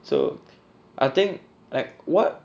so I think like what